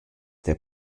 der